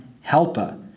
helper